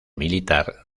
militar